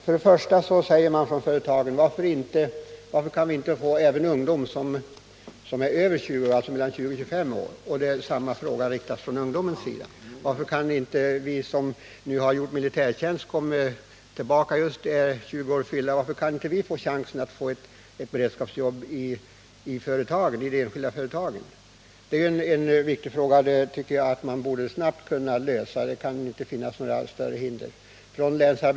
För det första frågar man från företagshåll: Varför kan vi inte få även ungdom som är mellan 20 och 25 år? Samma fråga ställs också av ungdomarna. De frågar t.ex.: Varför kan inte vi som just har gjort vår militärtjänst och som har fyllt 20 år få chansen till ett beredskapsjobb i ett enskilt företag? Det är en angelägen fråga, som jag tycker att man snabbt borde kunna lösa. Det bör inte föreligga några större hinder för detta.